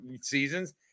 seasons